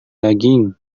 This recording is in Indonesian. daging